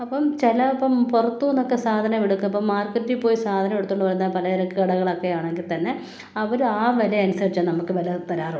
അപ്പം ചിലപ്പം പുറത്തുനിന്നൊക്കെ സാധനം എടുക്കുമ്പം മാർക്കറ്റിൽ പോയി സാധനം എടുത്തുകൊണ്ട് വരുന്ന പലചരക്ക് കടകളൊക്കെയാണെങ്കിൽത്തന്നെ അവർ ആ വില അനുസരിച്ചാണ് നമ്മൾക്ക് വില തരാറുള്ളത്